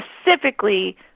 specifically